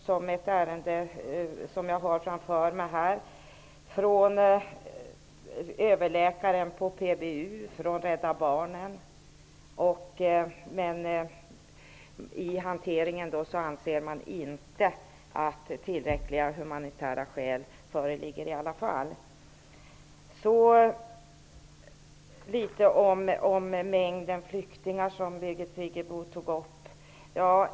Jag har tagit del av ett ärende där det finns intyg från överläkaren på PBU och från Rädda barnen. Men handläggarna anser att det inte föreligger tillräckliga humanitära skäl. Birgit Friggebo tog upp frågan om antalet flyktingar.